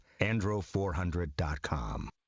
Andro400.com